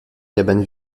cabane